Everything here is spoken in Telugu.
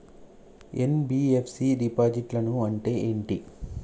ఎన్.బి.ఎఫ్.సి డిపాజిట్లను అంటే ఏంటి?